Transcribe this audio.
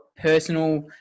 personal